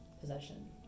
possession